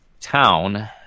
Town